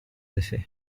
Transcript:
effets